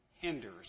hinders